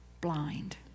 blind